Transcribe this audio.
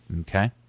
Okay